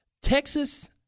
Texas